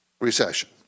Recession